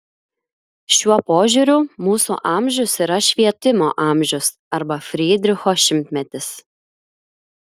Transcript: šiuo požiūriu mūsų amžius yra švietimo amžius arba frydricho šimtmetis